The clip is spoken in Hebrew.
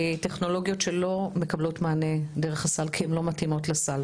טכנולוגיות שלא מקבלות מענה דרך הסל כי הן לא מתאימות לסל,